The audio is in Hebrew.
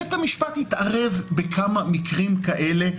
בית המשפט התערב בכמה מקרים כאלה,